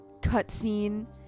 cutscene